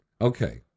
Okay